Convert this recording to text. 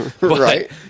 Right